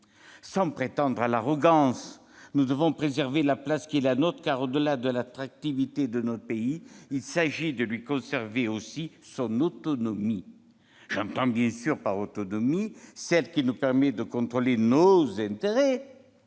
Sans prétendre à l'arrogance, nous devons préserver la place qui est la nôtre, car, au-delà de l'attractivité de notre pays, il s'agit de lui conserver son autonomie. J'entends bien sûr par autonomie celle qui nous permet de contrôler nos intérêts